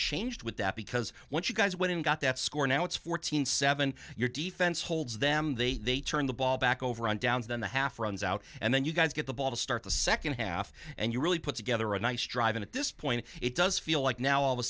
changed with that because once you guys went and got that score now it's fourteen seven your defense holds them they they turn the ball back over and downs then the half runs out and then you guys get the ball to start the second half and you really put together a nice drive and at this point it does feel like now all